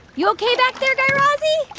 you ok back there, guy razzie?